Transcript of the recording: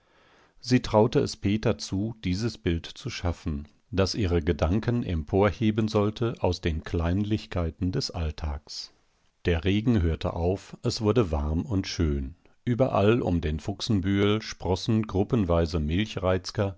sie traute es peter zu dieses bild zu schaffen das ihre gedanken emporheben sollte aus den kleinlichkeiten des alltags der regen hörte auf es wurde warm und schön überall um den fuchsenbühel sprossen gruppenweise milchreizker